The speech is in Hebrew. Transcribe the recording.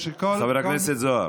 חבר הכנסת זוהר,